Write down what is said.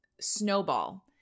snowball